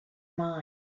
mind